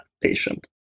patient